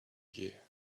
year